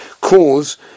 cause